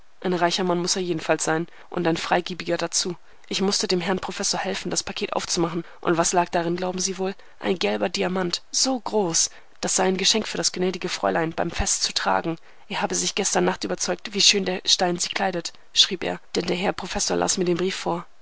ein reicher mann muß er jedenfalls sein und ein freigebiger dazu ich mußte dem herrn professor helfen das paket aufzumachen und was lag darin glauben sie wohl ein gelber diamant so groß das sei ein geschenk für das gnädige fräulein beim fest zu tragen er habe sich gestern nacht überzeugt wie schön der stein sie kleidet schrieb er denn der herr professor las mir den brief vor